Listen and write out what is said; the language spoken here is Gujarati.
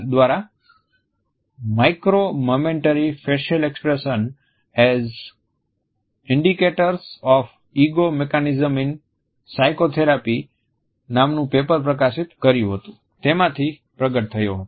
S Isaacs દ્વારા micro momentary facial expression as indicators of ego mechanisms in psychotherapy નામનું પેપર પ્રકાશિત કર્યું હતું તેમાંથી પ્રગટ થયો હતો